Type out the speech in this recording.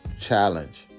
challenge